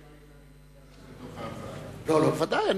קרוב לוודאי שלא היית נכנס, לא, ודאי.